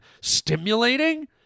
stimulating